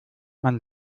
man